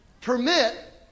permit